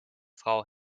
frau